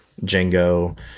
Django